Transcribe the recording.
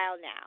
now